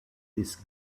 this